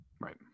Right